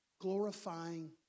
glorifying